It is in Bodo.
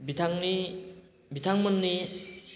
बिथांनि बिथांमोननि